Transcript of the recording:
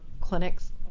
clinics